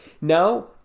Now